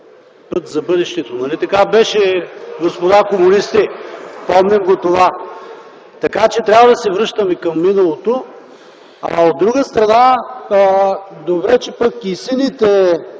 път за бъдещето. Нали така беше, господа комунисти? Помним го това. Така, че трябва да се връщаме към миналото. От друга страна, добре че пък и сините